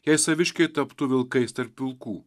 jei saviškiai taptų vilkais tarp vilkų